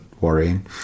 worrying